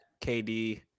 KD